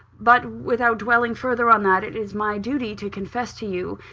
but, without dwelling further on that, it is my duty to confess to you,